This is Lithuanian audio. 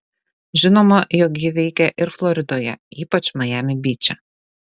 žinoma jog ji veikia ir floridoje ypač majami byče